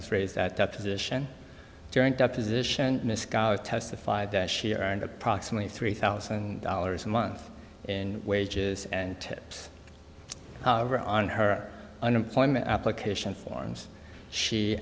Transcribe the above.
was raised at deposition during deposition testified that she earned approximately three thousand dollars a month in wages and tips on her unemployment application forms she